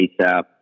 ASAP